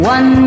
One